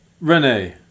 Rene